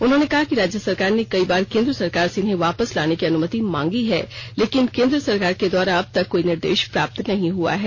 उन्होंने कहा कि राज्य सरकार ने कई बार केंद्र सरकार से इन्हें वापस लाने की अनुमति मांगी है लेकिन केंद्र सरकार के द्वारा अब तक कोई निर्देश प्राप्त नहीं हुआ है